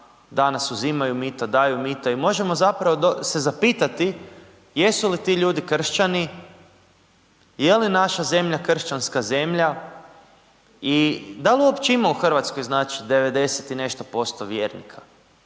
danas uzimaju mito, daju mito. I možemo zapravo se zapitati jesu li ti ljudi kršćani i je li naša zemlja kršćanska zemlja i da li uopće ima u Hrvatskoj znači